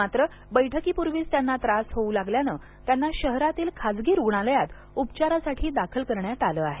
मात्र बैठकीपूर्वीच त्यांना त्रास होऊ लागल्याने त्यांना शहरातील खासगी रूग्णालयात उपचारासाठी दाखल करण्यात आलं आहे